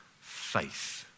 faith